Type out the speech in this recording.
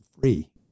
free